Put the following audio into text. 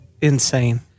insane